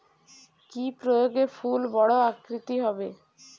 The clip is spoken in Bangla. কি প্রয়োগে ফুল বড় আকৃতি হবে?